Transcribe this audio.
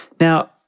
Now